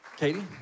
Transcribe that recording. Katie